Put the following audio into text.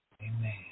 Amen